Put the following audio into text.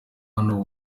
hano